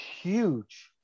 huge